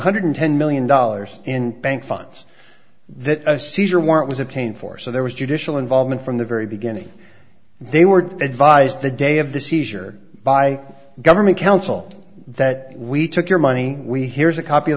hundred ten million dollars in bank funds that seizure warrant was obtained for so there was judicial involvement from the very beginning they were advised the day of the seizure by government counsel that we took your money we here's a copy of